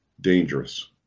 dangerous